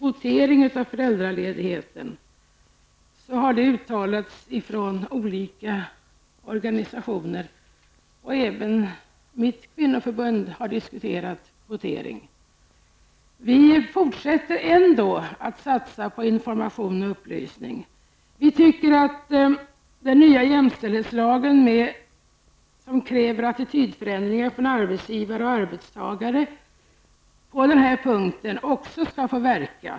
Olika organisationer, och även mitt kvinnoförbund, har diskuterat kvotering av föräldraledigheten. Vi fortsätter ändock att satsa på information och upplysning. Vi tycker att den nya jämställdhetslagen som på den här punkten kräver attitydförändringar från arbetsgivare och arbetstagare skall få verka.